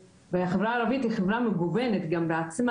והחברה הערבית היא גם חברה מגוונת בעצמה,